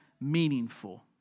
meaningful